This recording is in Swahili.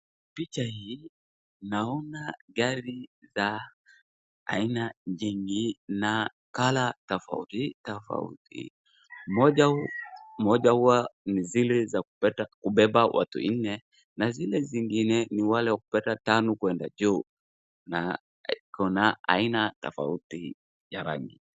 Picha hii naona gari za aina nyingi na colour tofauti tofauti. Moja wa ni zile za kubeba watu nne na zile zingine ni wale wa kubeba tano kwenda juu na kuna aina tofauti ya rangi.